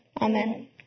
Amen